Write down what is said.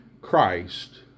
Christ